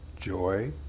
joy